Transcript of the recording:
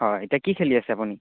হয় এতিয়া কি খেলি আছে আপুনি